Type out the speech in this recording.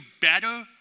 better